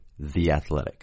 THEATHLETIC